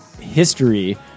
history